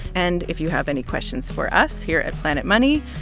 and if you have any questions for us here at planet money,